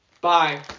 bye